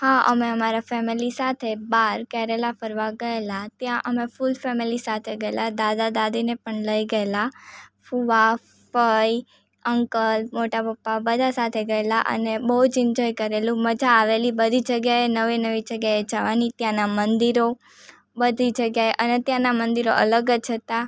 હા અમે અમારા ફેમિલી સાથે બહાર કેરેલા ફરવા ગયેલા ત્યાં અમે ફૂલ ફેમેલી સાથે ગયેલા દાદા દાદીને પણ લઈ ગયેલા ફુવા ફઈ અંકલ મોટા પપ્પા બધા સાથે ગયેલા અને બહુ જ એન્જોય કરેલું મજા આવેલી બધી જગ્યાએ નવી નવી જગ્યાએ જાવાની ત્યાંના મંદિરો બધી જગ્યાએ અને ત્યાંના મંદિરો અલગ જ હતા